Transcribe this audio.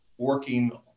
working